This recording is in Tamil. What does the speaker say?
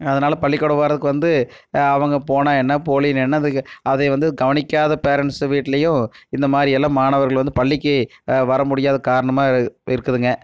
அதனால் பள்ளிக்கூடம் வரதுக்கு வந்து அவங்க போனால் என்ன போகலன்னா என்ன அதுக்கு அதை வந்து கவனிக்காத பேரன்ட்ஸ் வீட்லையும் இந்தமாதிரியெல்லாம் மாணவர்கள் வந்து பள்ளிக்கு வரமுடியாத காரணமாக இருக்குதுங்க